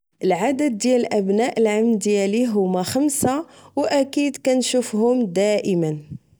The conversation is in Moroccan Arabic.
العدد ديال أبناء العم ديالي هما خمسة واكيد كنشوفهم دائما